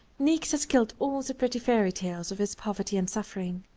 niecks has killed all the pretty fairy tales of his poverty and suffering.